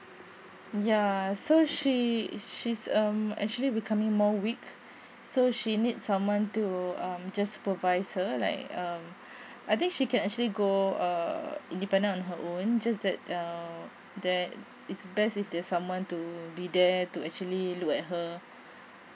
ya so she she's um actually becoming more week so she need someone to um just supervise her like um I think she can actually go err independent on her own just that um that it's best if there's someone to be there to actually look at her